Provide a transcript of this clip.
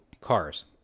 cars